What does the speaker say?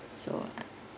so uh